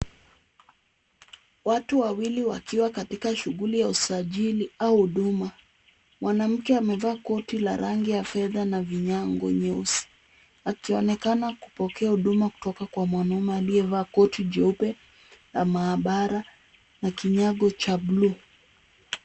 Watu wawili wakiwa katika shughuli ya usajili au huduma. Mwanamke amevaa koti la rangi ya fedha na vinyago nyeusi, akionekana kupokea huduma kutoka kwa mwanaume aliyevaa koti jeupe la maabara na kinyago cha buluu.